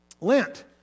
Lent